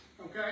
Okay